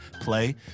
play